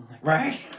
right